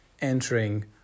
entering